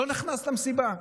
לא נכנס למסיבה.